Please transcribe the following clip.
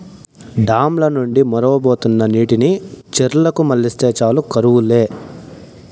dam ల నుండి మొరవబోతున్న నీటిని చెర్లకు మల్లిస్తే చాలు కరువు లే